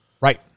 Right